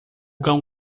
cão